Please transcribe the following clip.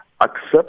accept